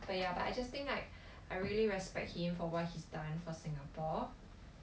but ya but I just think like I really respect him for what he's done for singapore